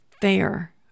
Fair